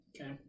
Okay